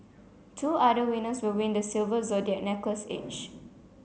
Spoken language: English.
two other winners will win the silver zodiac necklace each